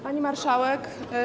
Pani Marszałek!